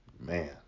man